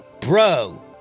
bro